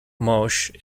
moshe